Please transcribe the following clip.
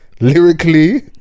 lyrically